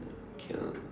can [one] lah